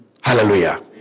Hallelujah